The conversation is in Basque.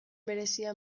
berezia